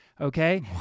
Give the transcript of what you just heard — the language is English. okay